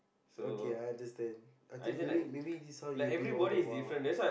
okay I understand I think maybe maybe this one you have been all the while